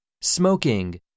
Smoking